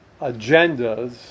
agendas